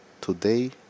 today